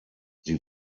sie